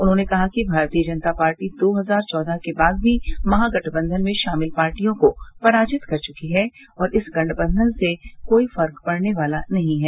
उन्होंने कहा कि भारतीय जनता पार्टी दो हजार चौदह के बाद भी महागठबंधन में शामिल पार्टियों को पराजित कर चुकी है और इस गठबंधन से कोई फर्क पड़ने वाला नहीं है